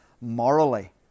morally